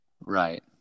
Right